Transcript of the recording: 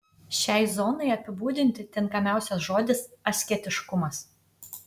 šiai zonai apibūdinti tinkamiausias žodis asketiškumas